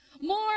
More